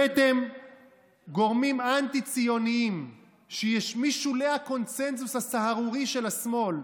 הבאתם גורמים אנטי-ציוניים משולי הקונסנזוס הסהרורי של השמאל,